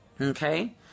Okay